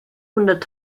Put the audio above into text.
hundert